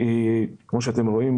כמו שאתם רואים,